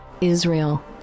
Israel